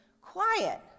Quiet